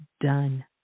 done